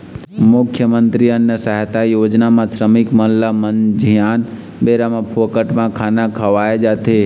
मुख्यमंतरी अन्न सहायता योजना म श्रमिक मन ल मंझनिया बेरा म फोकट म खाना खवाए जाथे